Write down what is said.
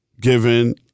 given